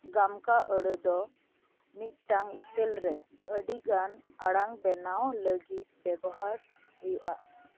ᱜᱟᱢᱠᱟ ᱟᱹᱲᱟᱹᱫᱚ ᱢᱤᱫᱴᱟᱝ ᱥᱠᱮᱞ ᱨᱮ ᱟᱹᱰᱤᱜᱟᱱ ᱟᱲᱟᱝ ᱵᱮᱱᱟᱣ ᱞᱟᱹᱜᱤᱫ ᱵᱮᱣᱦᱟᱨ ᱦᱩᱭᱩᱜᱼᱟ